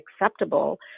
acceptable